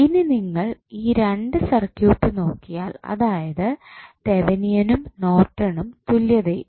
ഇനി നിങ്ങൾ ഈ രണ്ട് സർക്യൂട്ട് നോക്കിയാൽ അതായത് തെവനിയനും നോർട്ടൻ തുല്യതയും